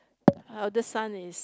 eldest son is